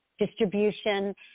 distribution